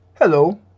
Hello